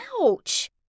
Ouch